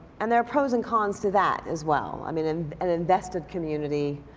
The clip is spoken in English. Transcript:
and there are pros and cons to that as well. i mean an invested community,